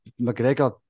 McGregor